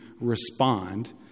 respond